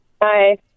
Hi